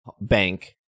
Bank